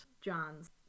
John's